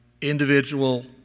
individual